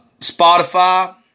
Spotify